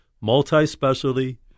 multi-specialty